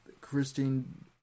Christine